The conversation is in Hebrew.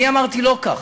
אני אמרתי: לא כך.